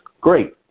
great